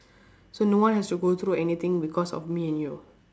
so no one has to go through anything because of me and you